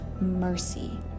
mercy